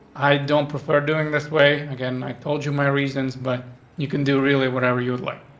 i don't prefer doing this way again. i told you my reasons, but you could do really whatever you would like.